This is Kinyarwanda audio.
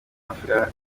afurika